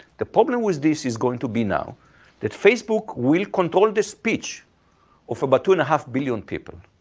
the problem with this is going to be now that facebook will control the speech of about two and a half billion people.